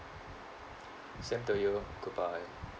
same to you goodbye